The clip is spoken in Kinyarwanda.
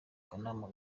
kanama